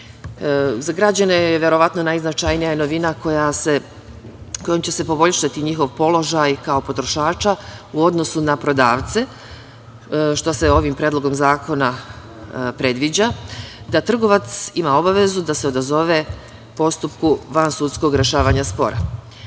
građane je verovatno najznačajnija novina kojom će se poboljšati njihov položaj kao potrošača u odnosu na prodavce, što se ovim predlogom zakona predviđa, da trgovac ima obavezu da se odazove postupku vansudskog rešavanja spora.